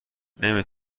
نمی